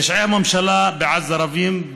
פשעי הממשלה בעזה רבים,